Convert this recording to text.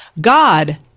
God